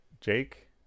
Jake